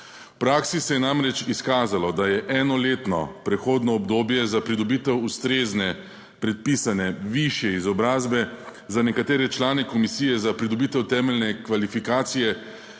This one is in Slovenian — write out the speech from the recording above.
V praksi se je namreč izkazalo, da je enoletno prehodno obdobje za pridobitev ustrezne predpisane višje izobrazbe za nekatere člane komisije za pridobitev temeljne kvalifikacije